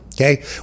okay